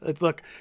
Look